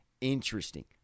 Interesting